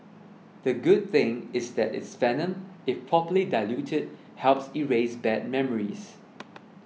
the good thing is that it's venom if properly diluted helps erase bad memories